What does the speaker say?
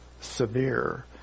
severe